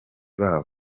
babo